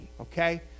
okay